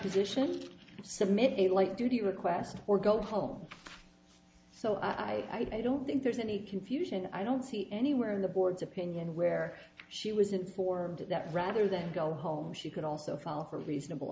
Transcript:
position submit like do the request or go home so i i don't think there's any confusion i don't see anywhere in the board's opinion where she was informed that rather than go home she could also file for reasonable